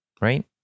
right